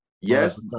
Yes